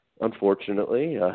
unfortunately